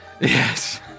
Yes